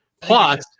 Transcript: Plus